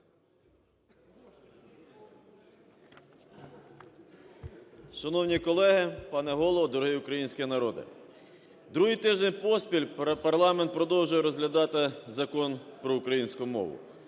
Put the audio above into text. Шановні колеги, пане Голово, дорогий український народе! Другий тиждень поспіль парламент продовжує розглядати Закон про українську мову.